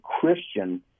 Christian